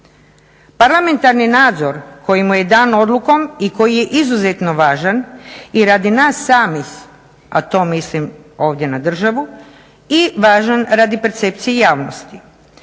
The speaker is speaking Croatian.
Parlamentarni nadzor koji mu je dan odlukom i koji je izuzetno važan i radi nas samih, a to mislim ovdje na državu, i važan radi percepcije javnosti.